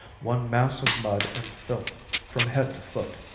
one mass of mud and filth from head to foot.